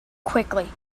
quickly